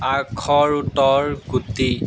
আখৰোটৰ গুটি